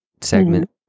segment